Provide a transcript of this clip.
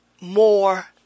more